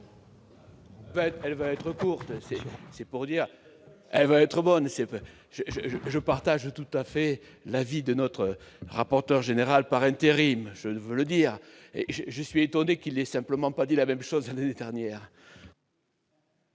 Elle va être courte, c'est pour dire elle va être bonne voeux je je partage tout à fait l'avis de notre rapporteur général par intérim, je veux le dire et je suis étonné qu'il ait simplement pas dit la même chose, année ternir.